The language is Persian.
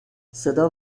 صدا